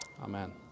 amen